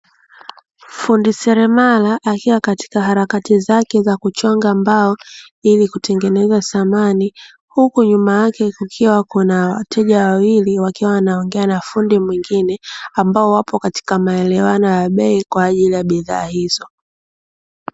Fundi seremala akiwa katika harakati zake za kuchonga mbao ili kutengeneza samani, huku nyuma yake kukiwa na wateja wawili wakiwa wanaongea na fundi mwingine ambao wapo katika maelewano ya bei kwa ajili ya bidhaa hizo.